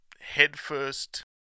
headfirst